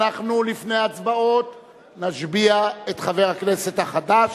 לפני ההצבעות אנחנו נשביע את חבר הכנסת החדש.